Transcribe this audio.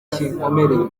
kinkomereye